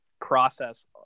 process